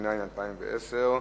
התש"ע 2010,